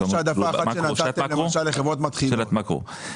שאלת מקרו.